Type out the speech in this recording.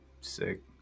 Sick